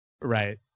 right